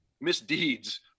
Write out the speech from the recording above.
misdeeds